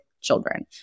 children